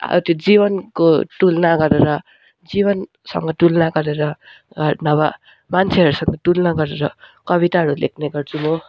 अब त्यो जीवनको तुलना गरेर जीवनसँग तुलना गरेर नभए मान्छेहरूसँग तुलना गरेर कविताहरू लेख्ने गर्छु म